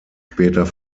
später